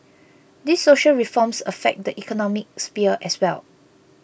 these social reforms affect the economic sphere as well